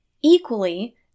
equally